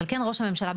אבל כן ראש הממשלה,